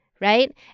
Right